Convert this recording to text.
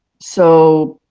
so